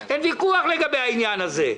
אין ויכוח לגבי העניין הזה.